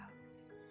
House